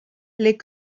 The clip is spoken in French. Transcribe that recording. les